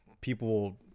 people